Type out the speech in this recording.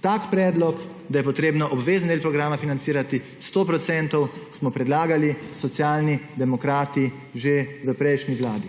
Tak predlog, da je potrebno obvezni del programa financirati 100 % smo predlagali Socialni demokrati že v prejšnji vladi.